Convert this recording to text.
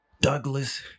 Douglas